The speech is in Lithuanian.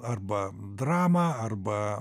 arba drama arba